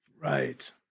Right